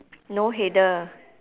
no header